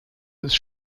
ist